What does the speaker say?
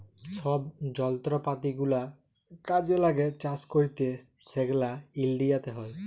ছব যলত্রপাতি গুলা কাজে ল্যাগে চাষ ক্যইরতে সেগলা ইলডিয়াতে হ্যয়